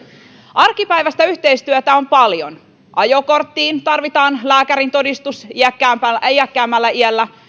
arkipäiväistä yhteistyötä on paljon ajokorttiin tarvitaan lääkärintodistus iäkkäämmällä iällä